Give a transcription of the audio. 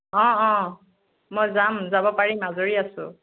অঁ অঁ মই যাম যাব পাৰিম আজৰি আছো